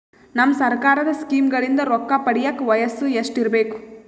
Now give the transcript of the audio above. ನಮ್ಮ ಸರ್ಕಾರದ ಸ್ಕೀಮ್ಗಳಿಂದ ರೊಕ್ಕ ಪಡಿಯಕ ವಯಸ್ಸು ಎಷ್ಟಿರಬೇಕು?